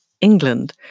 England